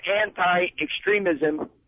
anti-extremism